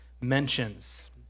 mentions